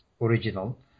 original